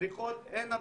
בבריכות אין הדבקה,